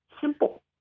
simple